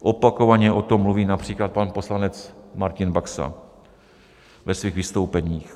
Opakovaně o tom mluví například pan poslanec Martin Baxa ve svých vystoupeních.